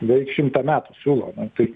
beveik šimtą metų siūlo tai